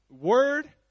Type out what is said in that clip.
Word